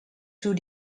two